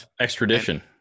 extradition